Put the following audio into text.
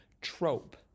Trope